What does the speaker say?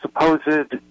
supposed